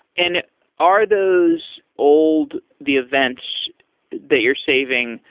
and are those old the events that you're saving,